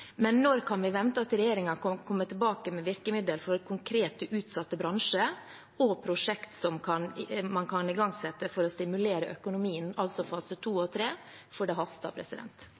men når kan vi vente at regjeringen kommer tilbake med virkemidler for konkrete utsatte bransjer og prosjekter som man kan igangsette for å stimulere økonomien – altså fase 2 og 3? For det haster.